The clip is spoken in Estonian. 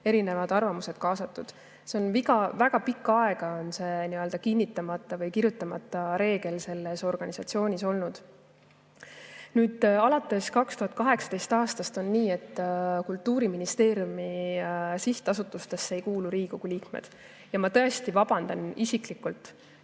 erinevad arvamused. See on väga pikka aega nii-öelda kinnitamata või kirjutamata reegel selles organisatsioonis olnud. Alates 2018. aastast on olnud nii, et Kultuuriministeeriumi sihtasutustesse ei kuulu Riigikogu liikmed. Ma tõesti vabandan isiklikult